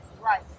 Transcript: Right